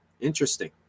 Interesting